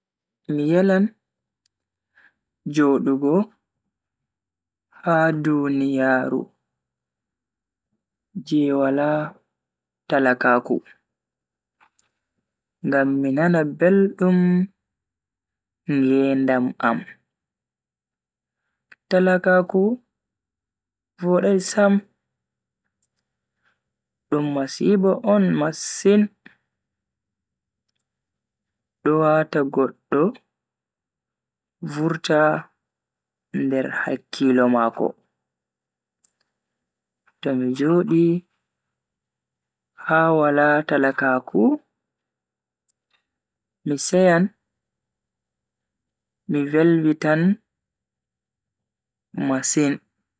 Mi yelan jodugo ha duniyaaru je wala talakaaku ngam mi nana beldum ngedaam am, talakaaku vodai sam, dum masibo on masin do wata goddo vurta nder hakkilo mako. To mi jodi ha wala talakaaku mi seyan mi velvitan masin.